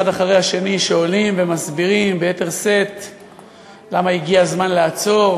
האחד אחרי השני שעולים ומסבירים שוב ושוב למה הגיע הזמן לעצור,